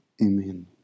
Amen